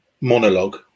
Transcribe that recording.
monologue